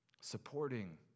supporting